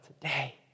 today